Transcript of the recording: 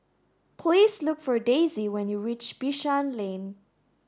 please look for Daisy when you reach Bishan Lane